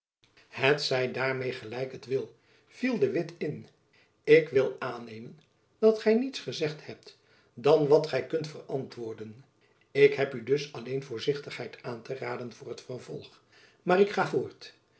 het zij daarmeê gelijk het wil viel de witt in ik wil aannemen dat gy niets gezegd hebt dan wat gy kunt verantwoorden ik heb u dus alleen voorzichtigheid aan te raden voor t vervolg maar ik ga voort